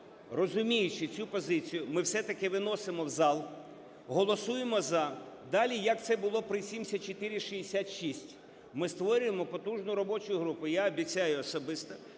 розуміючи цю позицію, ми все-таки виносимо в зал, голосуємо "за". Далі, як це було при 7466, ми створюємо потужну робочу групу. Я обіцяю особисто,